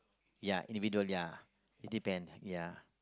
ya individual ya in depend ya